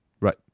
Right